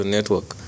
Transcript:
Network